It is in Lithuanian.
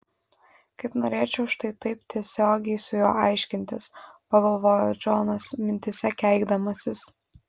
kaip norėčiau štai taip tiesiogiai su juo aiškintis pagalvojo džonas mintyse keikdamasis